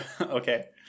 okay